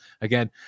Again